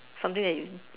something that you